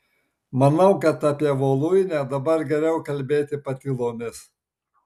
manau kad apie voluinę dabar geriau kalbėti patylomis